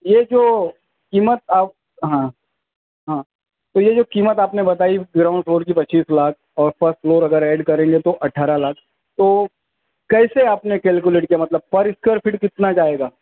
یہ جو قیمت آپ ہاں ہاں تو یہ جو قیمت آپ نے بتائی گراؤنڈ فلور کی پچیس لاکھ اور فسٹ فلور اگر ایڈ کریں گے تو اٹھارہ لاکھ تو کیسے آپ نے کیلکولیٹ کیا مطلب پر اسکوائر فٹ کتنا جائے گا